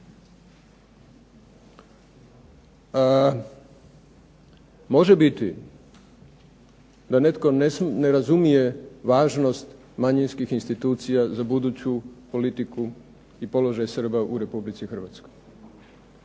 može biti da netko ne razumije važnost manjinskih institucija za buduću politiku i položaj Srba u Republici Hrvatskoj.